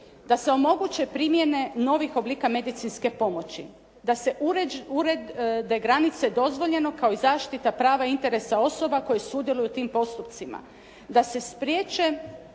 Da se omoguće primjene novih oblika medicinske pomoći, da se urede granice dozvoljenog kao i zaštita prava i interesa osoba koje sudjeluju u tim postupcima, da se spriječe